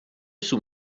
sous